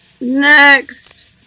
next